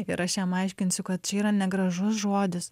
ir aš jam aiškinsiu kad čia yra negražus žodis